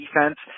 defense